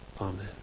Amen